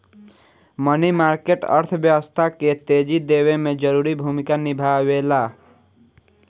मनी market अर्थव्यवस्था के तेजी देवे में जरूरी भूमिका निभावेला